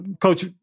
Coach